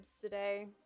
today